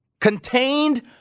Contained